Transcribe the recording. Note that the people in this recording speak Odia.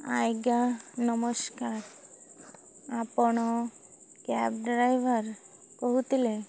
ଆଜ୍ଞା ନମସ୍କାର ଆପଣ କ୍ୟାବ୍ ଡ୍ରାଇଭର୍ କହୁଥିଲେ